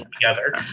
together